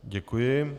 Děkuji.